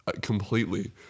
completely